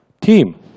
team